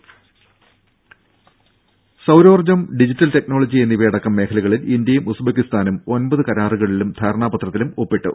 രംഭ സൌരോർജ്ജം digital technology എന്നിവയടക്കം മേഖലകളിൽ ഇന്ത്യയും ഉസ്ബക്കിസ്ഥാനും ഒൻപത് കരാറുകളിലും ധാരണാപത്രത്തിലും ഒപ്പിട്ടു